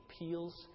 appeals